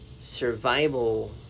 survival